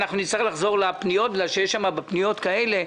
אנחנו נצטרך לחזור לפניות בגלל שיש בפניות דברים כאלה,